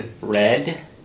red